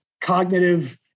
cognitive